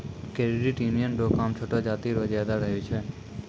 credit union रो काम छोटो जाति रो ज्यादा रहै छै